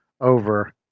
over